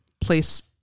place